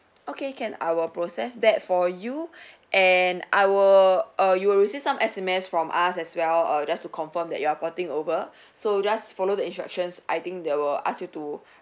okay can I will process that for you and I will err you will receive some S_M_S from us as well err just to confirm that you are porting over so you just follow the instructions I think they will ask you to